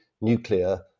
nuclear